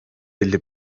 elli